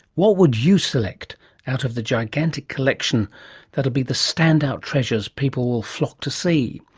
what would you select out of the gigantic collection that will be the standout treasures people will flock to see?